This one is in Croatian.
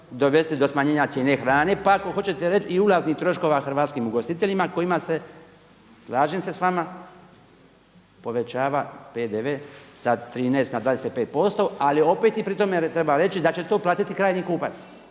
dovesti do smanjenja cijene hrane pa ako hoćete reći i ulaznih troškova hrvatskim ugostiteljima kojima se slažem se s vama povećava PDV sa 13 na 25% ali opet i pri tome reći da će to platiti krajnji kupac,